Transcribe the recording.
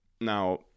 Now